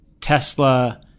Tesla